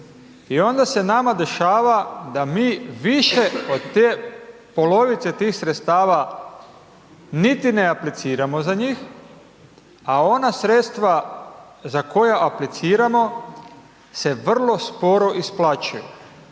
i onda se nama dešava da mi više od te polovice tih sredstava niti ne apliciramo za njih, a ona sredstva za koja apliciramo se vrlo sporo isplaćuju.